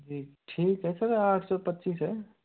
जी ठीक है सर आठ सौ पच्चीस है